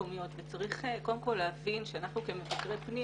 המקומיות וצריך קודם כל להבין שאנחנו כמבקרי פנים,